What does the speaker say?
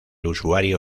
usuario